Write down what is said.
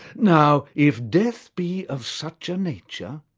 now if death be of such a nature,